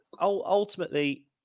Ultimately